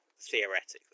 theoretically